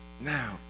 now